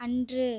அன்று